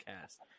Cast